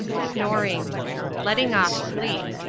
snoring letting off sleep.